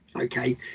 Okay